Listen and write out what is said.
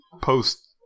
post